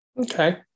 Okay